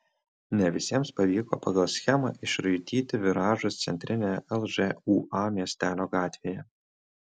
ne visiems pavyko pagal schemą išraityti viražus centrinėje lžūa miestelio gatvėje